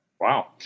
Wow